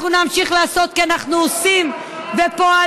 אנחנו נמשיך לעשות, כי אנחנו עושים ופועלים.